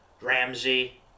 Ramsey